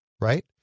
Right